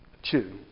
Two